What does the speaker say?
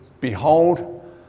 Behold